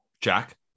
Jack